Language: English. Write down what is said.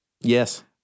Yes